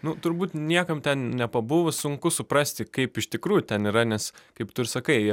nu turbūt niekam ten nepabuvus sunku suprasti kaip iš tikrųjų ten yra nes kaip tu ir sakai